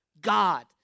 God